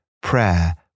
prayer